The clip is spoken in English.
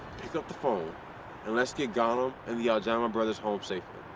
pick up the phone and let's get ganem and the aljamrah brothers home safely.